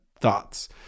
thoughts